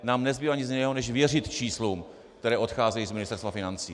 Nám nezbývá nic jiného než věřit číslům, která odcházejí z Ministerstva financí.